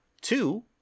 two